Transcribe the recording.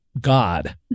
God